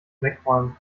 wegräumen